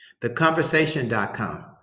theconversation.com